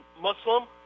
Muslim